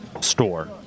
store